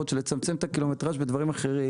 של לצמצם את הקילומטראז' בדברים אחרים.